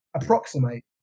approximate